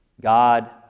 God